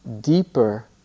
deeper